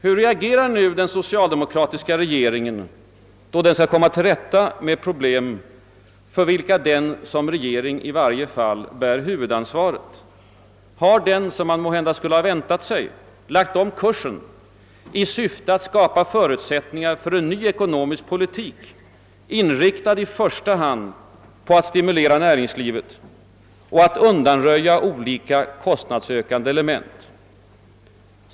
Hur reagerar nu den socialdemokratiska regeringen då den skall komma till rätta med problem för vilka den som regering i varje fall bär huvudansvaret? Har den, som man måhända skulle ha väntat sig, lagt om kursen i syfte att skapa förutsättningar för en ny ekonomisk politik, inriktad i första hand på att stimulera näringslivet och på att undanröja olika kostnadsökande element?